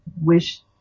wish